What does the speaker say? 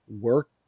work